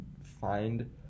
find